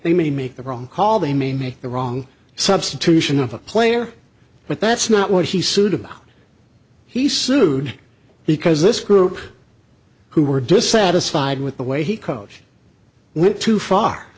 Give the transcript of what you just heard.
they may make the wrong call they may make the wrong substitution of a player but that's not what he sued about he sued because this group who were dissatisfied with the way he coached went too far